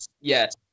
yes